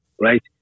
Right